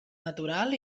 natural